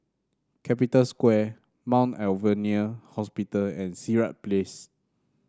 Capital Square Mount Alvernia Hospital and Sirat Place